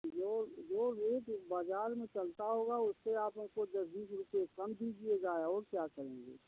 जो जो रेट बाज़ार में चलता होगा थोड़ा उससे आप हमको दस बीस रुपये कम दीजिएगा और क्या करेंगे